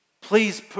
Please